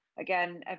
again